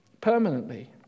permanently